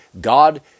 God